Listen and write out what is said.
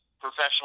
professional